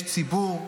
יש ציבור,